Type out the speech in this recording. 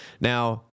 Now